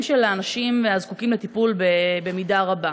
של האנשים הזקוקים לטיפול במידה רבה,